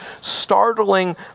startling